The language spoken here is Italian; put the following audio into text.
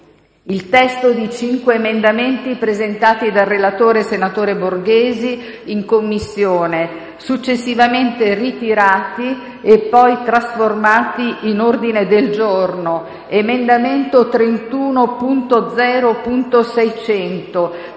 il testo di cinque emendamenti presentati dal relatore, senatore Borghesi, in Commissione, successivamente ritirati e poi trasformati in ordini del giorno: